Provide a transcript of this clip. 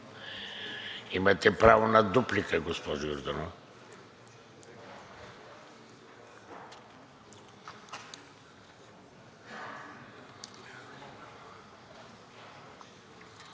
Имате право на дуплика, госпожо Йорданова.